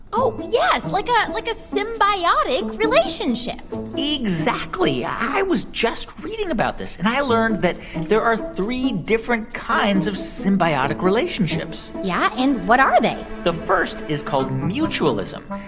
oh, yes. like a like ah symbiotic relationship exactly. i was just reading about this. and i learned that there are three different kinds of symbiotic relationships yeah? and what are they? the first is called mutualism.